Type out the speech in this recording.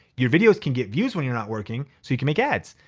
your videos can get views when you're not working so you can make ads.